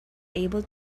able